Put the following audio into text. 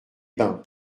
bains